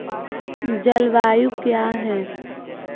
जलवायु क्या है?